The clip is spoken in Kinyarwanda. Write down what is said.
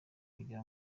kugira